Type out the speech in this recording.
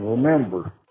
Remember